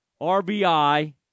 RBI